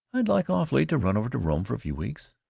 i'd like awfully to run over to rome for a few weeks.